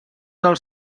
els